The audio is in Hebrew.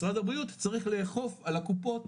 משרד הבריאות צריך לאכוף על הקופות